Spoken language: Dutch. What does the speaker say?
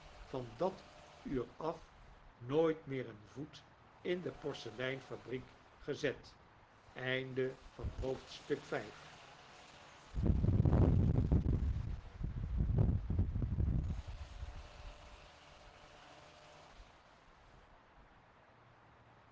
van dat uur af nooit meer een voet in de porseleinfabriek gezet